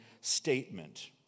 statement